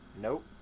Nope